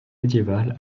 médiévale